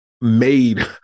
made